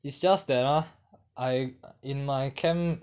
it's just that ah I in my camp